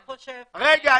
רגע,